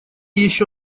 еще